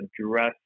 address